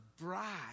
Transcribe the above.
bride